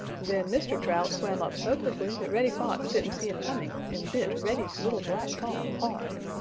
then mr. trout swam up so quickly that reddy fox didn't see him coming and bit reddy's little black paw hard.